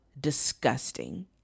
disgusting